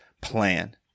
plan